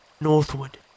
northward